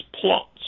plots